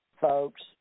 folks